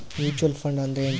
Mutual fund ಅಂದ್ರೆನ್ರಿ?